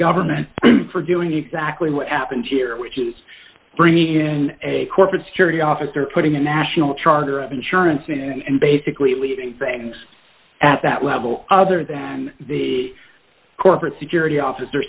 government for doing exactly what happened here which is bringing in a corporate security officer putting a national charter of insurance and basically leaving things at that level other than the corporate security officer